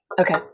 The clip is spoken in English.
Okay